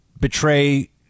betray